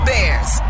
Bears